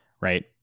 right